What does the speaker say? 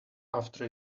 after